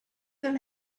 will